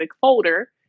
folder